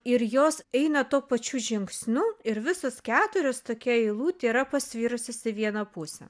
ir jos eina tuo pačiu žingsniu ir visos keturios tokia eilutė yra pasvirusios į vieną pusę